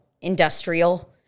Industrial